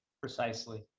Precisely